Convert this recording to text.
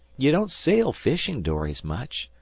ye don't sail fishin'-dories much.